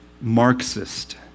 Marxist